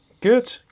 Good